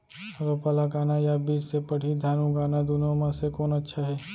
रोपा लगाना या बीज से पड़ही धान उगाना दुनो म से कोन अच्छा हे?